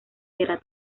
era